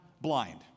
blind